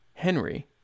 Henry